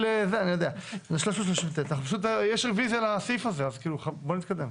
יש פשוט רוויזיה לסעיף הזה, אז בואו נתקדם.